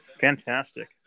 Fantastic